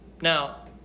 Now